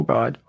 God